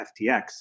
FTX